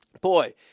boy